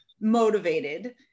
motivated